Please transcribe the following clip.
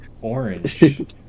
Orange